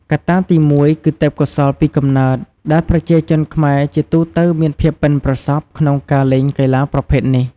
កត្តាទីមួយគឺទេពកោសល្យពីកំណើត ដែលប្រជាជនខ្មែរជាទូទៅមានភាពប៉ិនប្រសប់ក្នុងការលេងកីឡាប្រភេទនេះ។